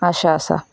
आशा आसा